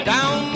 Down